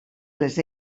les